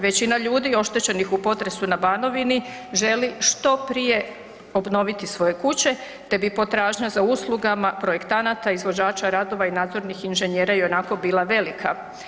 Većina ljudi oštećenih u potresu na Banovini želi što prije obnoviti svoje kuće te bi potražnja za uslugama projektanata, izvođača radova i nadzornih inženjera i onako bila velika.